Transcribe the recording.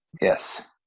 Yes